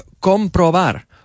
comprobar